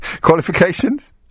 Qualifications